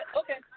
okay